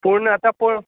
पूण आतां पळोव